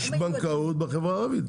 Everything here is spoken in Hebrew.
יש בנקאות בחברה הערבית,